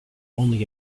only